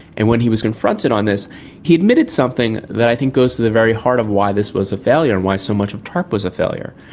and when he was confronted on this he admitted something that i think goes to the very heart of why this was a failure and why so much of tarp was a failure.